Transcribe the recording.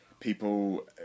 People